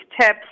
tips